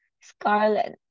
Scarlet